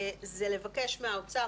זה לבקש מהאוצר,